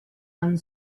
and